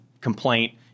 complaint